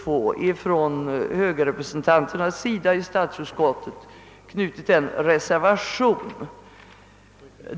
Vi högerrepresentanter i statsutskottet har till punkten 22 knutit en reservation.